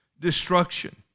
destruction